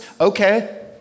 okay